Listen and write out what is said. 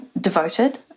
devoted